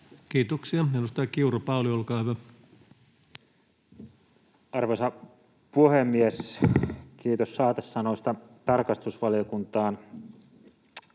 Kiitoksia. — Edustaja Pauli Kiuru, olkaa hyvä. Arvoisa puhemies! Kiitos saatesanoista tarkastusvaliokuntaan.